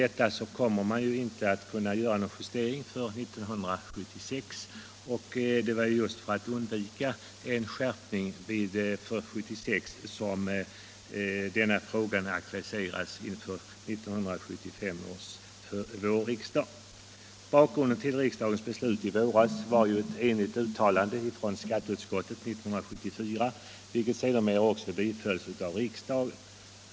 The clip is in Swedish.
Därigenom kommer man inte att kunna göra någon justering för 1976, och det var just för att undvika en skärpning detta år som frågan aktualiserades inför 1975 års riksmöte i våras. Bakgrunden till riksdagens beslut i våras var en enig hemställan från skatteutskottet 1974, vilken alltså bifölls av riksdagen.